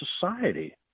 society